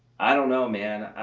i don't know, man.